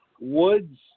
Woods